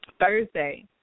Thursday